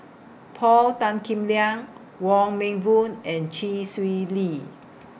Paul Tan Kim Liang Wong Meng Voon and Chee Swee Lee